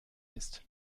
ist